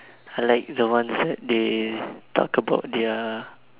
I like the ones that they talk about their